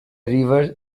river